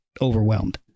overwhelmed